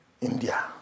India